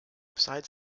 besides